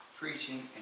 preaching